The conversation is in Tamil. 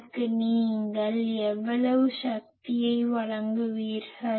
அதற்கு நீங்கள் எவ்வளவு சக்தியை வழங்குவீர்கள்